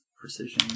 precision